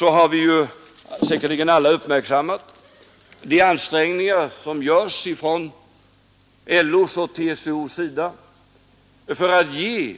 Vi har säkerligen alla uppmärksammat de ansträngningar som görs av LO och TCO för att ge